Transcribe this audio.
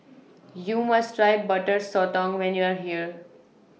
YOU must Try Butter Sotong when YOU Are here